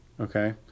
okay